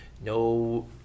no